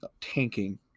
tanking